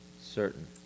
certain